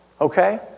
Okay